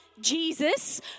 Jesus